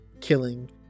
killing